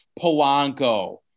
Polanco